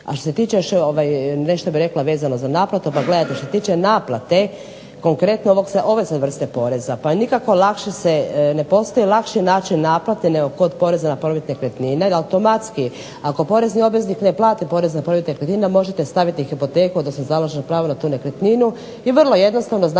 A što se tiče još nešto bih rekla vezano za naplatu. Pa gledajte, što se tiče naplate konkretno .../Govornica se ne razumije./... vrste poreza pa ne postoji lakši način naplate nego kod poreza na promet nekretnine. Jer automatski ako porezni obveznik ne plati porez na promet nekretnina možete staviti hipoteku, odnosno založeno pravo na tu nekretninu i vrlo jednostavno znači